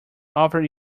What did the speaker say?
offer